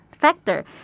factor